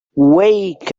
wake